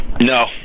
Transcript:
No